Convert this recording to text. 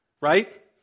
right